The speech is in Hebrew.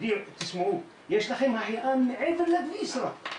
תשמעו יש לכם החייאה מעבר לכביש רק,